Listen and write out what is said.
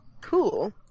Cool